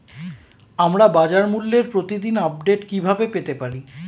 আমরা বাজারমূল্যের প্রতিদিন আপডেট কিভাবে পেতে পারি?